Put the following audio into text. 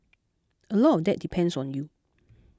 a lot of that depends on you